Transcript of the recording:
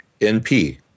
NP